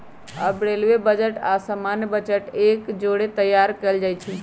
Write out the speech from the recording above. अब railway budget आऽ सामान्य बजट एक जौरे तइयार कएल जाइ छइ